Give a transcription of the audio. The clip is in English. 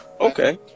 okay